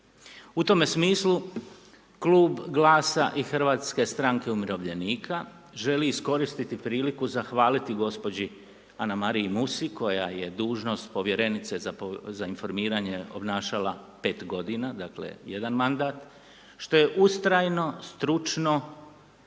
U tome smislu, Klub GLAS-a i Hrvatske stranke umirovljenika, želi iskoristiti priliku zahvaliti gospođi Anamariji Musi, koja je dužnost Povjerenice za informiranje obnašala 5 godina, dakle, jedan mandat, što je ustrajno, stručno,